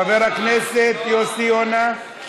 חבר הכנסת יוסי יונה,